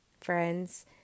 friends